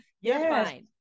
Yes